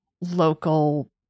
local